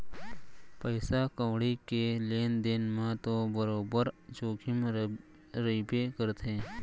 पइसा कउड़ी के लेन देन म तो बरोबर जोखिम रइबे करथे